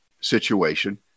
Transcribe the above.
situation